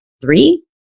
three